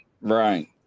Right